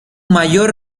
mayor